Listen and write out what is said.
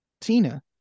Tina